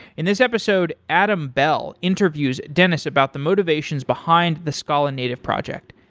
in this episode, adam bell interviews denys about the motivations behind the scale-native project.